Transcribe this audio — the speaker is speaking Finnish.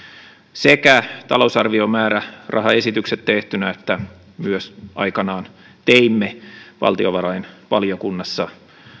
sekä talousarviomäärärahaesitykset tehtynä että myös aikanaan teimme valtiovarainvaliokunnassa